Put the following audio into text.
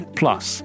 plus